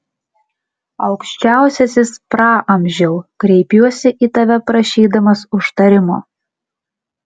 aukščiausiasis praamžiau kreipiuosi į tave prašydamas užtarimo